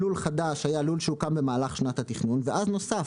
לול חדש היה לול שהוקם בשנת התכנון ואז נוסף,